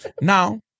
Now